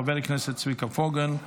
חברי הכנסת, נעבור לנושא הבא על סדר-היום: